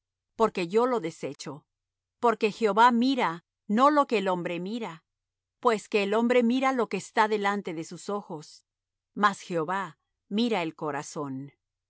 porque yo lo desecho porque jehová mira no lo que el hombre mira pues que el hombre mira lo que está delante de sus ojos mas jehová mira el corazón